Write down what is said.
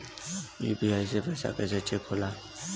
UPI से पैसा कैसे चेक होला?